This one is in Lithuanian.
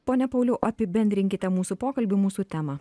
pone pauliau apibendrinkite mūsų pokalbį mūsų temą